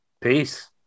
Peace